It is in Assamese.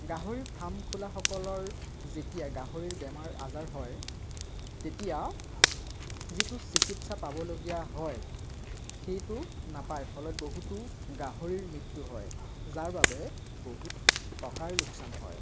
গাহৰি ফাৰ্ম খোলাসকলৰ যেতিয়া গাহৰিৰ বেমাৰ আজাৰ হয় তেতিয়া যিটো চিকিৎসা পাবলগীয়া হয় সেইটো নাপায় ফলত বহুতো গাহৰিৰ মৃত্যু হয় যাৰ বাবে বহুত টকাৰ লোকচান হয়